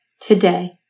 today